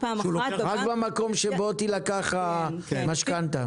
רק במקום שבו תילקח המשכנתה.